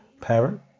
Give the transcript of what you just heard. parent